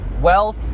wealth